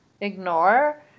ignore